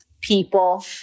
people